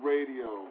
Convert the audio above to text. Radio